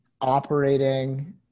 operating